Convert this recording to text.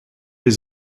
les